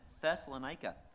Thessalonica